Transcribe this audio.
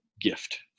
gift